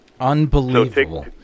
Unbelievable